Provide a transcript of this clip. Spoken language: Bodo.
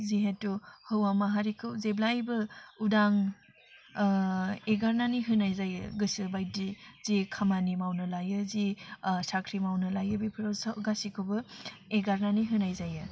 जिहेथु हौवा माहारिखौ जेब्लायबो उदां एगारनानै होनाय जायो गोसो बायदि जि खामानि मावनो लायो जि साख्रि माननो लायो बिफोराव सब गासैखौबो एगारनानै होनाय जायो